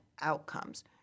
outcomes